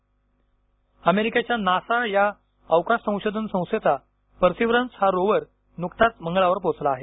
NASA अमेरिकेच्या NASA या अवकाश संशोधन संस्थेचा पर्सिवरंस हा रोवर नुकताच मंगळावर पोहोचला आहे